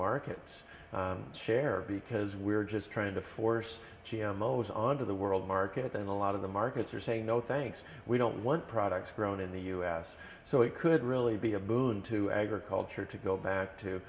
markets share because we're just trying to force the most onto the world market and a lot of the markets are saying no thanks we don't want products grown in the u s so it could really be a boon to agriculture to go back to